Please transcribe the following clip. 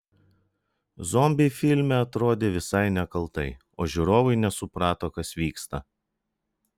zombiai filme atrodė visai nekaltai o žiūrovai nesuprato kas vyksta